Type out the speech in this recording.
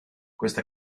questa